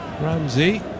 Ramsey